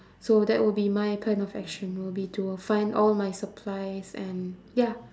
so that will be my kind of action will be to find all my supplies and ya